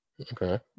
okay